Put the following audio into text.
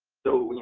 so,